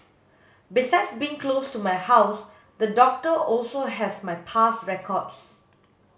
besides being close to my house the doctor also has my past records